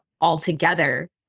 altogether